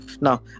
Now